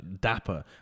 Dapper